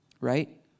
Right